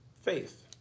faith